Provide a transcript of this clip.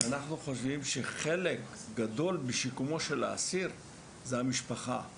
כי אנחנו חושבים שחלק גדול משיקומו של האסיר זה המשפחה,